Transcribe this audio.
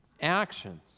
actions